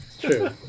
True